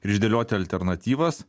ir išdėlioti alternatyvas